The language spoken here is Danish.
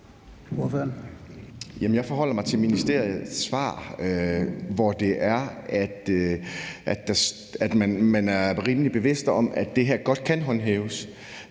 Jeg forholder mig til ministeriets svar, hvor man er rimelig bevidste om, at det her godt kan håndhæves.